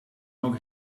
ook